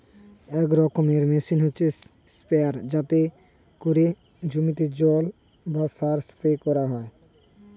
এক রকমের মেশিন হচ্ছে স্প্রেয়ার যাতে করে জমিতে জল বা সার স্প্রে করা যায়